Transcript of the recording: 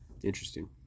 interesting